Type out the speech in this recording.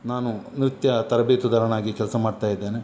ನಾನು ನೃತ್ಯ ತರಬೇತುದಾರನಾಗಿ ಕೆಲಸ ಮಾಡ್ತಾ ಇದ್ದೇನೆ